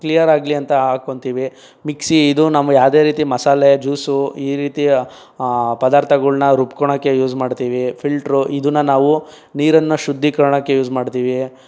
clear ಆಗಲಿ ಅಂತ ಹಾಕೊತೀವಿ ಮಿಕ್ಸಿ ಇದು ನಾವು ಯಾವುದೇ ರೀತಿಯ ಮಸಾಲೆ ಜ್ಯೂಸು ಈ ರೀತಿಯ ಪದಾರ್ಥಗಳನ್ನ ರುಬ್ಕೊಳಕ್ಕೆ ಯೂಸ್ ಮಾಡ್ತೀವಿ ಫಿಲ್ಟ್ರು ಇದನ್ನ ನಾವು ನೀರನ್ನು ಶುದ್ಧೀಕರಣಕ್ಕೆ ಯೂಸ್ ಮಾಡ್ತೀವಿ